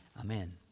Amen